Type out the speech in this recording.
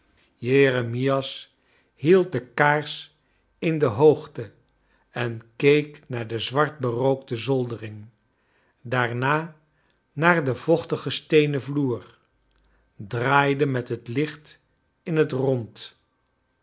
jeremias hield de kaars in de hoogte en keek naar de zwart berookte zoldering daarna naar den vochtigen steenen vloer draaide met het kent in het rond